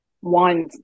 one